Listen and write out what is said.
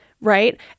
Right